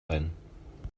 ein